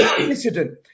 incident